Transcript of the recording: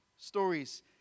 stories